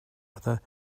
other